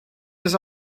was